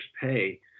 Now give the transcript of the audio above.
pay